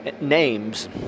names